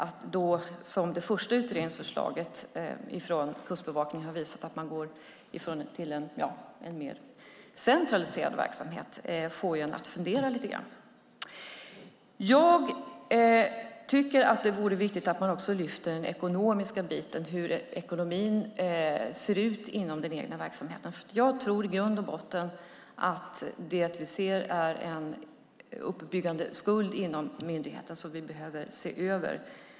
Att då, som det första utredningsförslaget från Kustbevakningen har visat, gå till en mer centraliserad verksamhet får ju en att fundera lite grann. Jag tycker att det vore viktigt att man också lyfte fram den ekonomiska biten, hur ekonomin ser ut inom den egna verksamheten. Jag tror i grund och botten att det vi ser är en uppbyggnad av skuld inom myndigheten som vi behöver se över.